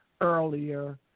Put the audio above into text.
Earlier